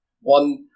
one